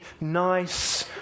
nice